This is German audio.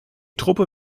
truppe